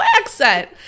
accent